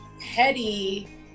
petty